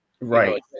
Right